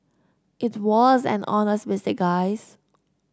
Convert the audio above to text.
it was an honest mistake guys